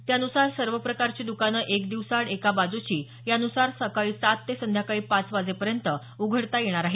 त्यानुसार सर्व प्रकारची दुकानं एक दिवसाआड एका बाजूची यानुसार सकाळी सात ते संध्याकाळी पाच वाजेपर्यंत उघडता येणार आहेत